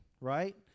right